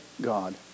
God